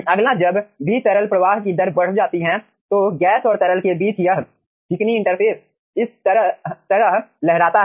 अगला जब भी तरल प्रवाह की दर बढ़ जाती है तो गैस और तरल के बीच यह चिकनी इंटरफेस इस तरह लहराता है